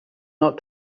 not